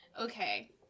Okay